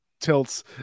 tilts